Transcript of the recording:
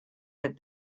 that